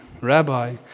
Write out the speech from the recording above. Rabbi